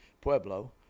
Pueblo